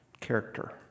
Character